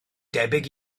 debyg